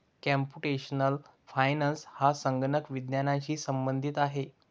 computational finance हा संगणक विज्ञानाशी संबंधित आहे